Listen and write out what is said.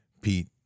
Pete